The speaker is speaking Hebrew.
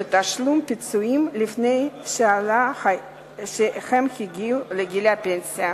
לתשלום פיצויים לפני שאלה הגיעו לגיל הפנסיה.